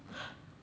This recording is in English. ah is it